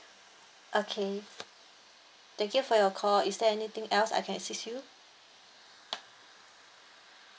okay thank you for your call is there anything else I can assist you